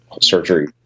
surgery